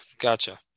gotcha